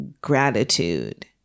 gratitude